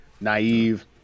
naive